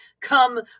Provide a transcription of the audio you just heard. come